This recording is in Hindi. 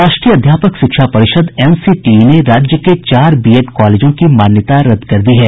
राष्ट्रीय अध्यापक शिक्षा परिषद एनसीटीई ने राज्य के चार बी एड कॉलेजों की मान्यता रद्द कर दी है